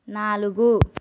నాలుగు